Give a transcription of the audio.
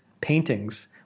paintings